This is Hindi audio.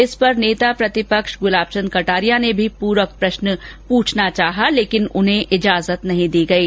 इस पर नेता प्रतिपक्ष गुलाबचंद कटारिया ने भी प्रक प्रश्न पूछना चाहा लेकिन उन्हें इजाजत नहीं दी गयी